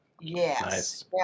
Yes